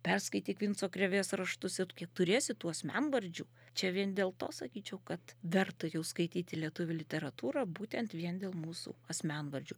perskaityk vinco krėvės raštus ir tu turėsi tų asmenvardžių čia vien dėl to sakyčiau kad verta jau skaityti lietuvių literatūrą būtent vien dėl mūsų asmenvardžių